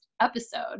episode